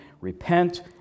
Repent